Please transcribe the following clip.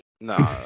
No